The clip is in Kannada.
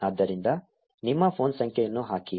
ಆದ್ದರಿಂದ ನಿಮ್ಮ ಫೋನ್ ಸಂಖ್ಯೆಯನ್ನು ಹಾಕಿ